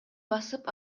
басып